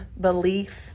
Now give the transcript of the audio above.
belief